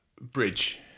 Bridge